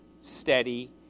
steady